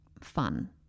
fun